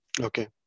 Okay